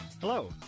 Hello